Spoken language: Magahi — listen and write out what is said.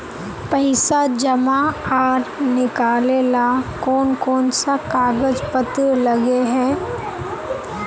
पैसा जमा आर निकाले ला कोन कोन सा कागज पत्र लगे है?